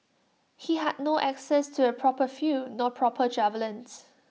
he had no access to A proper field nor proper javelins